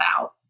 out